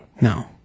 No